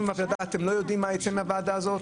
אתם לא יודעים מה ייצא מהוועדה הזאת,